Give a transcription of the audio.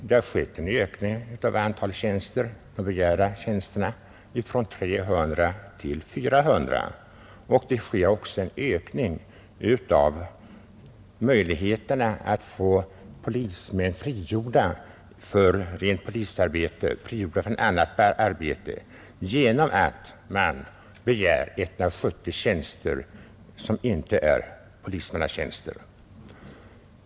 Det har skett en ökning av antalet begärda tjänster från 300 förra året till 400 i år, och det sker också en ökning av möjligheterna att få polismän frigjorda från annat arbete till rent polisarbete genom att man begär 150 tjänster som inte är polismannatjänster.